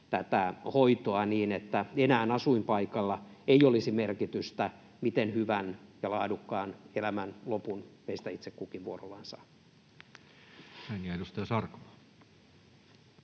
tätä hoitoa, niin että enää asuinpaikalla ei olisi merkitystä siinä, miten hyvän ja laadukkaan elämän lopun meistä itse kukin vuorollaan saa.